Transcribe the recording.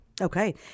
Okay